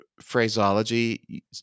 phraseology